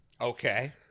okay